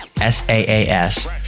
S-A-A-S